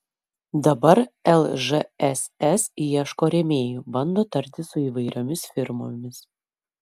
dabar lžss ieško rėmėjų bando tartis su įvairiomis firmomis